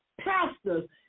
pastors